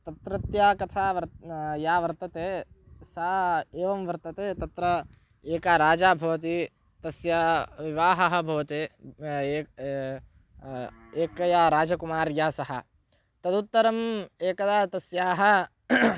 तत्रत्य कथा वर् या वर्तते सा एवं वर्तते तत्र एका राजा भवति तस्य विवाहः भवति एकया राजकुमार्या सः तदुत्तरम् एकदा तस्याः